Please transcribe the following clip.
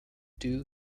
due